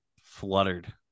fluttered